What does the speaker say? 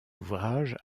ouvrages